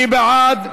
מי בעד?